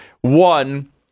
One